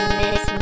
miss